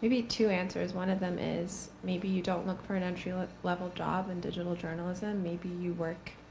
maybe two answers. one of them is maybe you don't look for an entry level job in digital journalism. maybe you work